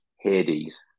Hades